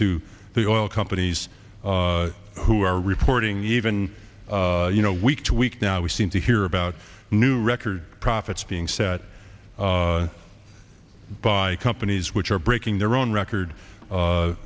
to the oil companies who are reporting even you know week to week now we seem to hear about new record profits being set by companies which are breaking their own record